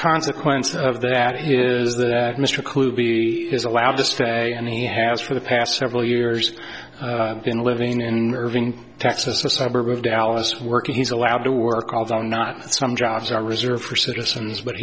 consequence of that is that mr coote be allowed to stay and he has for the past several years been living in irving texas a suburb of dallas working he's allowed to work although not some jobs are reserved for citizens but